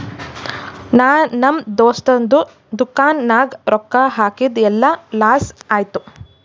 ನಾ ನಮ್ ದೋಸ್ತದು ದುಕಾನ್ ನಾಗ್ ರೊಕ್ಕಾ ಹಾಕಿದ್ ಎಲ್ಲಾ ಲಾಸ್ ಆಯ್ತು